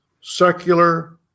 secular